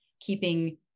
keeping